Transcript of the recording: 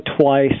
twice